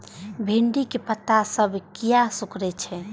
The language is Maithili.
भिंडी के पत्ता सब किया सुकूरे छे?